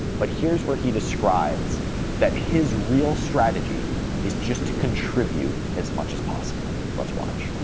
but here's where he describes that his real strategy is just to contribute as much as possible. let's watch.